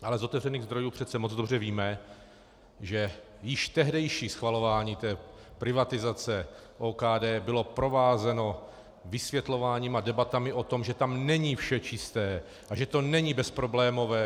Ale z otevřených zdrojů přece moc dobře víme, že již tehdejší schvalování privatizace OKD bylo provázeno vysvětlováním a debatami o tom, že tam není vše čisté a že to není bezproblémové.